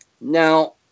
Now